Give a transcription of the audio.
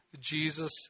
Jesus